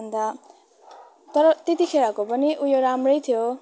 अन्त तर त्यतिखेरको पनि उयो राम्रै थियो